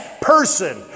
person